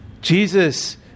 Jesus